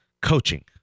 Coaching